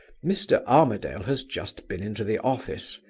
mr. armadale has just been into the office,